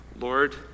Lord